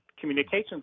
communications